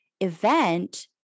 event